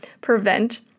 prevent